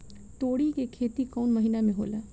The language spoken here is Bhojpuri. तोड़ी के खेती कउन महीना में होला?